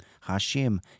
Hashem